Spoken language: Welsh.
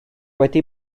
wedi